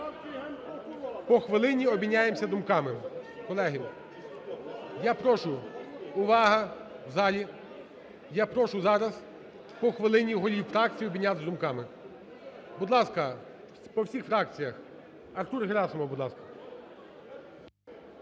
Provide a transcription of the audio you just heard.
по хвилині обміняємося думками. Колеги, я прошу, увага в залі. Я прошу зараз по хвилині голів фракцій обмінятися думками. Будь ласка, по всіх фракціях. Артур Герасимов, будь ласка.